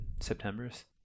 September's